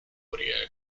audio